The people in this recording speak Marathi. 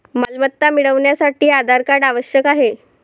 मालमत्ता मिळवण्यासाठी आधार कार्ड आवश्यक आहे